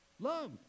Love